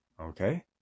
Okay